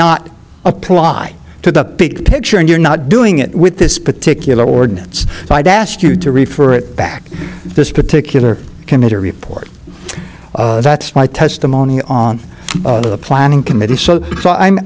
not apply to the big picture and you're not doing it with this particular ordinance so i'd ask you to refer back this particular committee report that's my testimony on the planning committee so i'm i'm